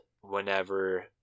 whenever